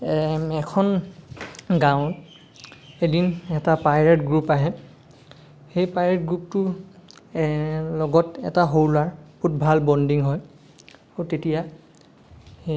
এ এখন গাঁও এদিন এটা পাইৰেট গ্ৰুপ আহে সেই পাইৰেট গ্ৰুপটোৰ এ লগত এটা সৰু ল'ৰা খুব ভাল বন্দিং হয় আৰু তেতিয়া